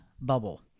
bubble